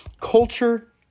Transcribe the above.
culture